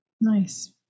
Nice